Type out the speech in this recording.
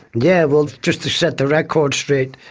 yeah well just to set the record straight,